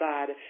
God